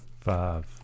five